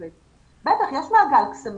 בטח, יש מעגל קסמים.